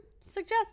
suggest